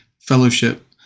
fellowship